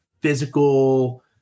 physical